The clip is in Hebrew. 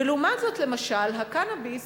ולעומת זאת, למשל הקנאביס